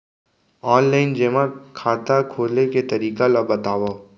Online जेमा खाता खोले के तरीका ल बतावव?